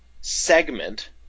segment